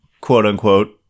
quote-unquote